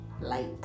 light